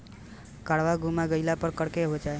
काडवा गुमा गइला पर का करेके चाहीं?